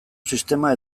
sistema